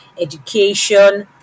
education